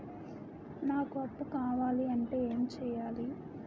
నాకు అప్పు కావాలి అంటే ఎం చేయాలి?